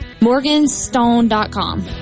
Morganstone.com